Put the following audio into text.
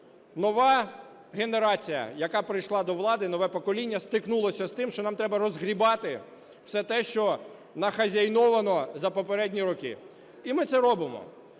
нова генерація, яка прийшла до влади, нове покоління стикнулося з тим, що нам треба розгрібати все те, що нахазяйновано за попередні роки, і ми це робимо.